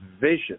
vision